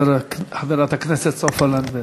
חברת הכנסת סופה לנדבר.